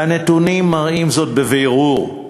והנתונים מראים זאת בבירור,